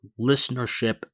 listenership